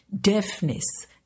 Deafness